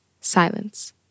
silence